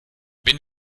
wenn